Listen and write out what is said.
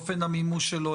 אופן המימוש שלו,